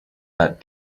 that